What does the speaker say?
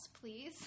please